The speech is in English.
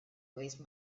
waste